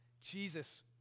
Jesus